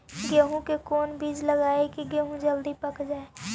गेंहू के कोन बिज लगाई कि गेहूं जल्दी पक जाए?